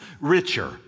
richer